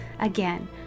Again